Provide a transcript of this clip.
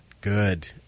good